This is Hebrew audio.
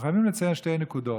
אנחנו חייבים לציין שתי נקודות: